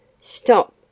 Stop